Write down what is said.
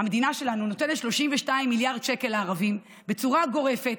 המדינה שלנו נותנת 32 מיליארד שקל לערבים בצורה גורפת,